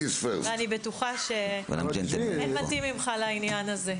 אני בטוחה שאין מתאים ממך לעניין הזה.